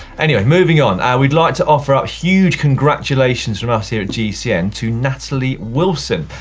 anyway, moving on. we'd like to offer up huge congratulations from us here at gcn to natalie wilson.